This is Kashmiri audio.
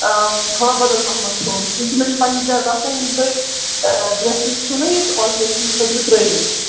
تھوڑا بَدل پَہمتھ ژھیوٚن کیونٛکہِ مےٚ چھُ پنٛنہِ جایہِ باسان یِم تۄہہِ ڈرٛٮ۪سٕز چھُو نَہ ییٚتہِ آلٹرٛیشَن خٲطرٕ ترٛٲیمٕتۍ